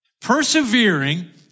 Persevering